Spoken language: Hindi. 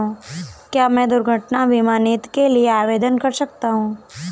क्या मैं दुर्घटना बीमा नीति के लिए आवेदन कर सकता हूँ?